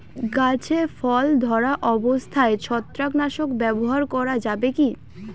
গাছে ফল ধরা অবস্থায় ছত্রাকনাশক ব্যবহার করা যাবে কী?